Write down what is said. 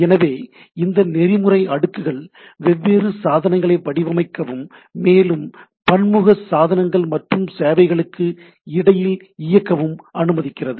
எனவே இந்த நெறிமுறை அடுக்குகள் வெவ்வேறு சாதனங்களை வடிவமைக்கவும் மேலும் பன்முக சாதனங்கள் மற்றும் சேவைகளுக்கு இடையில் இயக்கவும் அனுமதிக்கிறது